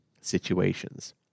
situations